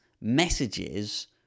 messages